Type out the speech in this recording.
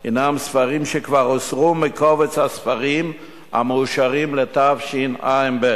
הם ספרים שכבר הוסרו מקובץ הספרים המאושרים לתשע"ב,